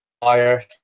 fire